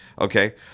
okay